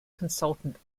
consultant